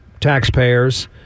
taxpayers